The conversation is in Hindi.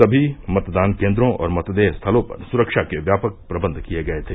सभी मतदान केन्द्रों और मतदेय स्थलों पर सुरक्षा के व्यापक प्रबंध किये गये थे